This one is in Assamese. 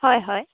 হয় হয়